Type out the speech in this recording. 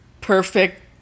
perfect